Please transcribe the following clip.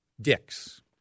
Dick's